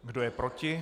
Kdo je proti?